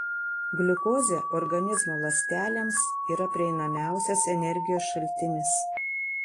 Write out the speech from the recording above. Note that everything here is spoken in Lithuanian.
gliukozė organizmo ląstelėms yra prieinamiausias energijos šaltinis